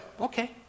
Okay